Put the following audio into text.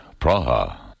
Praha